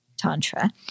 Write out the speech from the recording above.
Tantra